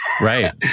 Right